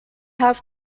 have